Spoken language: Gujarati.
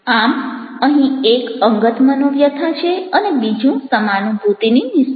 આમ અહીં એક અંગત મનોવ્યથા છે અને બીજું સમાનુભૂતિની નિસ્બત